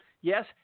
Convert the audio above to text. Yes